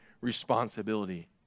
responsibility